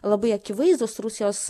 labai akivaizdūs rusijos